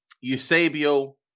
Eusebio